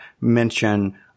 mention